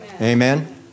Amen